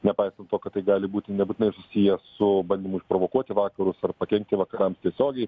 nepaisant to kad tai gali būti nebūtinai susiję su bandymu provokuoti vakarus ar pakenkti vakarams tiesiogiai